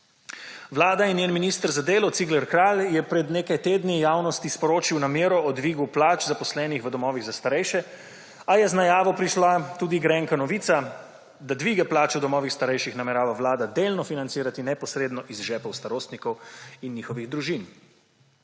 Vlada in njen minister za delo Cigler Kralj je pred nekaj tedni javnosti sporočil namero o dvigu plač zaposlenih v domovih za starejše, a je z najavo prišla tudi grenka novica, da dvige plač v domovih starejših namerava vlada delno financirati neposredno iz žepov starostnikov in njihovih družin.